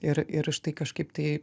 ir ir štai kažkaip tai